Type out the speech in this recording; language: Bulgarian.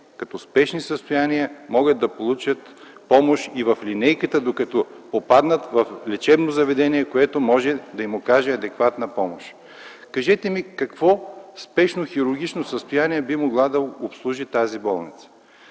като спешни състояния могат да получат помощ и в линейката, докато попаднат в лечебно заведение, което може да им окаже адекватна помощ. Кажете ми: какво спешно хирургично състояние би могла да обслужи тази болница?